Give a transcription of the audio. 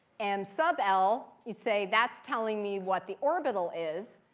m sub l, you say that's telling me what the orbital is.